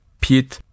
Pete